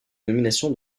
nomination